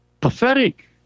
Pathetic